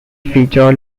feature